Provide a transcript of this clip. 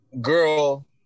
girl